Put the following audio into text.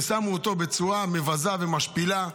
ושמו אותו בצורה מבזה ומשפילה.